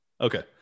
Okay